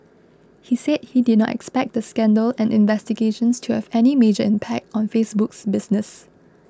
he said he did not expect the scandal and investigations to have any major impact on Facebook's business